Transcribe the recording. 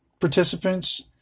participants